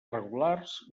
regulars